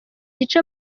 gice